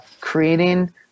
creating